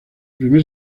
primer